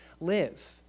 live